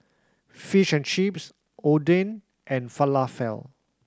Fish and Chips Oden and Falafel